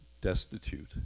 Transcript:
destitute